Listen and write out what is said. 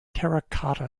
terracotta